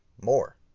more